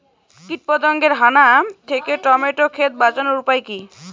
কীটপতঙ্গের হানা থেকে টমেটো ক্ষেত বাঁচানোর উপায় কি?